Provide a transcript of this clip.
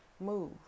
move